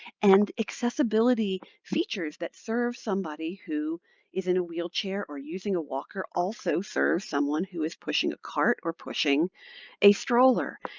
and accessibility features that serves somebody who is in a wheelchair or using a walker also serves someone who is pushing a cart or pushing a stroller.